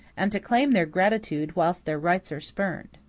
and to claim their gratitude whilst their rights are spurned.